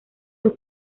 sus